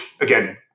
again